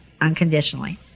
unconditionally